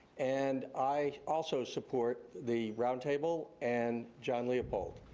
and i also support the roundtable and john leopold.